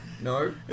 No